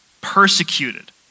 persecuted